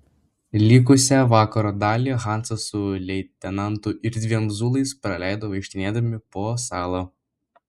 likusią vakaro dalį hansas su leitenantu ir dviem zulais praleido vaikštinėdami po salą